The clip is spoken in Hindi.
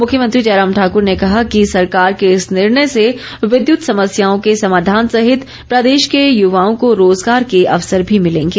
मुख्यमंत्री जयराम ठाकुर ने कहा कि सरकार के इस निर्णय से विद्युत समस्याओं के समाधान सहित प्रदेश के युवाओं को रोज़गार के अवसर भी मिलेंगे